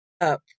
up